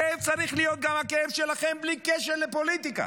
הכאב צריך להיות גם הכאב שלכם, בלי קשר לפוליטיקה.